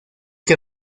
que